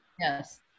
Yes